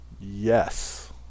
yes